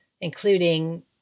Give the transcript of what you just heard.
including